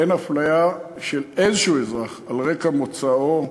אין אפליה של אזרח על רקע מוצאו,